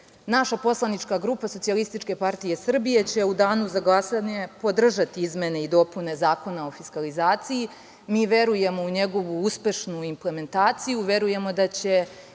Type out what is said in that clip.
poslanička grupa SPS će u danu za glasanje podržati izmene i dopune Zakona o fiskalizaciji. Mi verujemo u njegovu uspešnu implementaciju, verujemo da će,